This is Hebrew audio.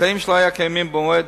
אמצעים שלא היו קיימים במועד